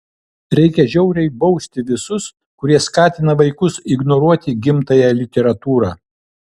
reikia žiauriai bausti visus kurie skatina vaikus ignoruoti gimtąją literatūrą